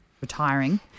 retiring